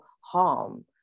harm